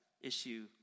issue